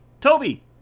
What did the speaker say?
Toby